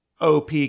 op